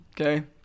Okay